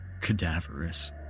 cadaverous